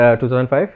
2005